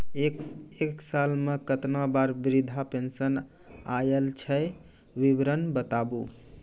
एक साल मे केतना बार वृद्धा पेंशन आयल छै विवरन बताबू?